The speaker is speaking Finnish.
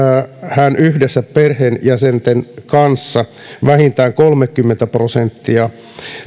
hän yhdessä perheenjäsentensä kanssa vähintään kolmekymmentä prosenttia